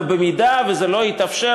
ובמידה שזה לא יתאפשר,